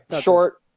short